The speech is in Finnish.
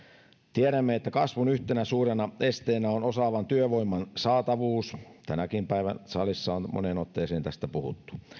tiedämme että kasvun yhtenä suurena esteenä on osaavan työvoiman saatavuus tänäkin päivänä salissa on moneen otteeseen tästä puhuttu